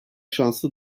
şanslı